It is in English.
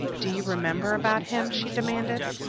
do you remember about him? she demanded.